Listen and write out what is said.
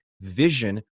vision